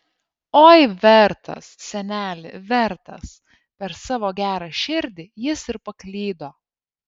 oi vertas seneli vertas per savo gerą širdį jis ir paklydo